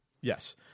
Yes